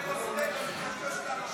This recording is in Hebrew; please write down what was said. יואב סגלוביץ',